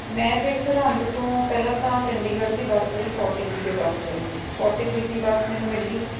ਮੈਂ ਫਿਰ ਸਰਹੰਦ ਤੋਂ ਪਹਿਲਾਂ ਤਾਂ ਚੰਡੀਗੜ੍ਹ ਦੀ ਬੱਸ ਲਈ ਫੋਟੀ ਥ੍ਰੀ ਦੇ ਬੱਸ ਸਟੈਂਡ ਦੀ ਫੋਟੀ ਥ੍ਰੀ ਦੀ ਬੱਸ ਮੈਨੂੰ ਮਿਲ ਗਈ